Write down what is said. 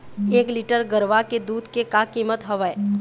एक लीटर गरवा के दूध के का कीमत हवए?